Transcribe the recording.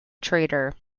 traitor